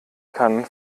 kann